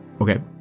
Okay